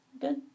good